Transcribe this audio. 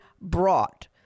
brought